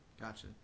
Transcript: Gotcha